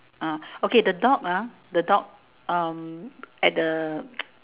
uh okay the dog ah the dog um at the